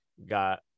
got